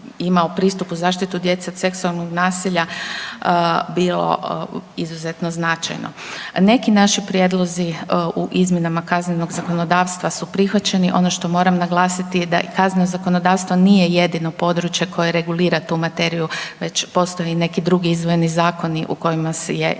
pristup u zaštitu djece od seksualnog nasilja bilo izuzetno značajno. Neki naši prijedlozi u izmjenama kaznenog zakonodavstva su prihvaćeni. Ono što moram naglasiti da kazneno zakonodavstvo nije jedino područje koje regulira tu materiju već postoje neki drugi izdvojeni zakoni u kojima je ista